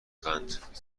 قند